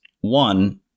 One